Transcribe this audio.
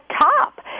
top